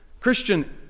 Christian